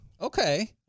Okay